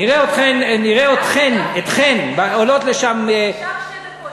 נראה אתכן עולות לשם, נשארו שתי דקות.